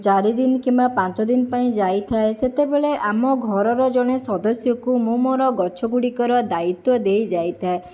ଚାରି ଦିନ କିମ୍ବା ପାଞ୍ଚ ଦିନ ପାଇଁ ଯାଇଥାଏ ସେତେବେଳେ ଆମ ଘରର ଜଣେ ସଦସ୍ୟକୁ ମୁଁ ମୋର ଗଛ ଗୁଡ଼ିକର ଦାଇତ୍ଵ ଦେଇ ଯାଇଥାଏ